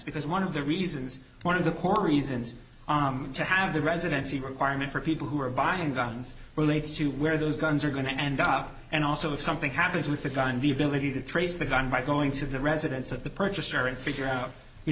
because one of the reasons one of the core reason is to have the residency requirement for people who are buying guns relates to where those guns are going to end up and also if something happens with a gun be billeted to trace the gun by going to the residence of the purchaser and figure out you